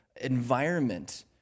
environment